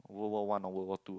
World War One or World War Two